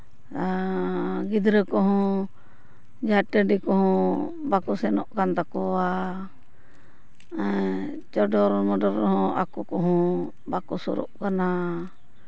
ᱜᱤᱫᱽᱨᱟᱹ ᱠᱚᱦᱚᱸ ᱡᱟᱦᱟᱸ ᱴᱟᱺᱰᱤ ᱠᱚᱦᱚᱸ ᱵᱟᱠᱚ ᱥᱮᱱᱚᱜ ᱠᱟᱱ ᱛᱟᱠᱚᱣᱟ ᱪᱚᱰᱚᱨ ᱢᱚᱰᱚᱨ ᱦᱚᱸ ᱟᱠᱚ ᱠᱚᱦᱚᱸ ᱵᱟᱠᱚ ᱥᱩᱨᱩᱜ ᱠᱟᱱᱟ